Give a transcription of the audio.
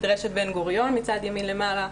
מצד ימין למעלה,